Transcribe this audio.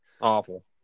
Awful